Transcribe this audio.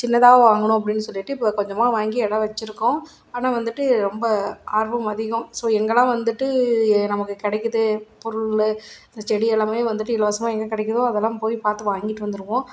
சின்னதாக வாங்கணும் அப்படின்னு சொல்லிட்டு இப்போ கொஞ்சமாக வாங்கி இடம் வச்சுருக்கோம் ஆனால் வந்துட்டு ரொம்ப ஆர்வம் அதிகம் ஸோ எங்கேலாம் வந்துட்டு நமக்கு கிடைக்குது பொருள் இந்த செடி எல்லாம் வந்துட்டு இலவசமாக எங்கே கிடைக்குதோ அதல்லாம் போய் பார்த்து வாங்கிட்டு வந்துடுவோம்